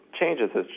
changes